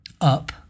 up